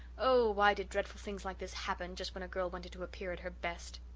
oh, why did dreadful things like this happen, just when a girl wanted to appear at her best?